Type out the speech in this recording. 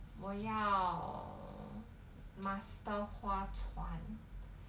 我要 master 划船